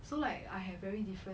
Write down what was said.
so like I have very different